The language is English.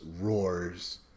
roars